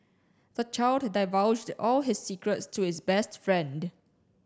the child divulged all his secrets to his best friend